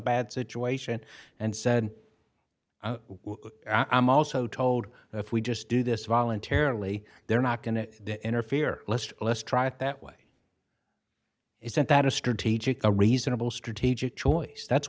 bad situation and said i'm also told if we just do this voluntarily they're not going to interfere lest let's try it that way isn't that a strategic a reasonable strategic choice that's